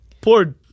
Poor